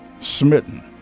Smitten